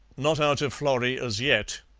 not out of florrie, as yet,